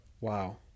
Wow